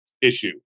issue